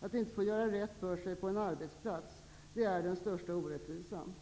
att inte få göra rätt för sig på en arbetsplats, det är den största orättvisan.